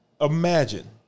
Imagine